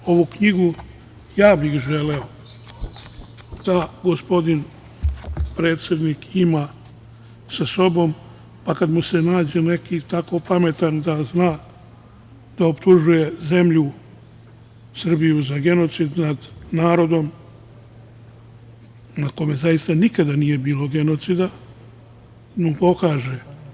Ovu knjigu ja bih želeo da gospodin predsednik ima sa sobom, a kad mu se nađe neki tako pametan, da zna da optužuje zemlju Srbiju za genocid nad narodom, na kome zaista nikada nije bilo genocida, da mu pokaže.